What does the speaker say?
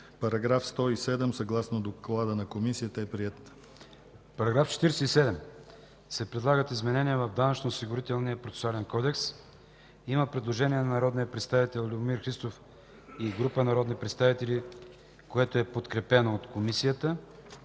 Параграф 107, съгласно доклада на Комисията, е приет. ДОКЛАДЧИК АТАНАС АТАНАСОВ: В § 47 се предлагат изменения в Данъчно-осигурителния процесуален кодекс. Има предложение на народния представител Любомир Христов и група народни представители, което е подкрепено от Комисията.